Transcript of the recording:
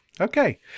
Okay